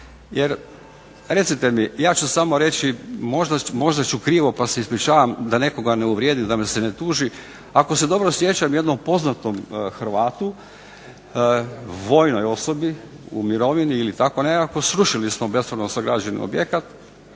Jer, recite mi ja ću samo reći možda ću krivo pa se ispričavam da nekoga ne uvrijedim, da me se ne tuži, ako se dobro sjećam jednom poznatom Hrvatu vojnoj osobi u mirovini ili tako nekako srušili smo bespravno sagrađen objekat,